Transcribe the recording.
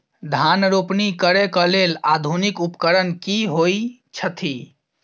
धान रोपनी करै कऽ लेल आधुनिक उपकरण की होइ छथि?